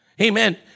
Amen